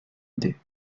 idée